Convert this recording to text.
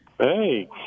Hey